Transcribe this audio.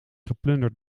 geplunderd